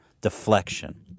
deflection